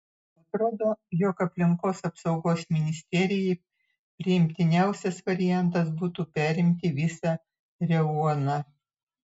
atrodo jog aplinkos apsaugos ministerijai priimtiniausias variantas būtų perimti visą revuoną